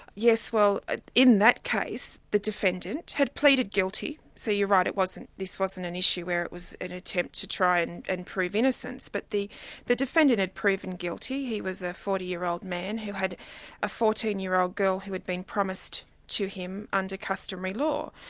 yes, well in that case, the defendant had pleaded guilty, so you're right, this wasn't an issue where it was an attempt to try and and prove innocence. but the the defendant had proven guilty, he was a forty year old man who had a fourteen year old girl who had been promised to him under customary law.